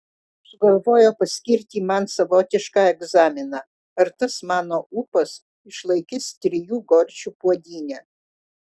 sugalvojo paskirti man savotišką egzaminą ar tas mano ūpas išlaikys trijų gorčių puodynę